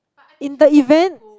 in the event